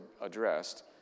addressed